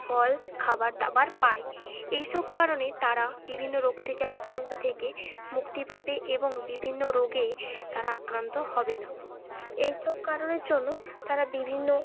ফল খাবার দাবার পায় এই সব কারণে তারা বিভিন্ন রোগ থেকে আক্রান্ত থেকে মুক্তি পাবে এবং বিভিন্ন রোগে তারা আক্রান্ত হবে না এই সব কারণের জন্য তারা বিভিন্ন